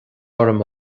orm